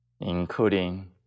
including